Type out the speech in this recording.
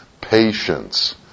patience